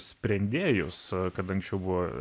sprendėjus kad anksčiau buvo